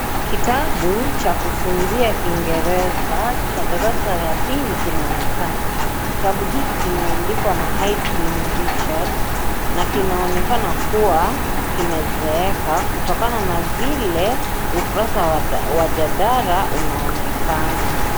Kitabu cha kufunzia kingereza cha darasa la pili kinaonekana. Kitabu hiki kimeandikwa na Hydrin Richards, na kinaonekana kuwa kimezeeka, kutokana na vile ukurasa wa jalada unaonekana.